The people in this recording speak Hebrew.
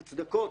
מוצדקות.